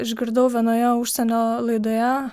išgirdau vienoje užsienio laidoje